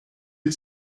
you